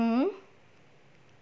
mmhmm